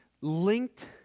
linked